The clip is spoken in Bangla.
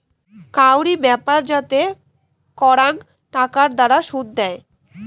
কাউরি ব্যাপার যাতে করাং টাকার দ্বারা শুধ দেয়